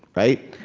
right?